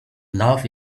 love